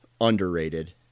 underrated